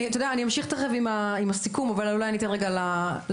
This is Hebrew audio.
אני אמשיך תיכף עם הסיכום אבל אולי אני אתן רגע לשר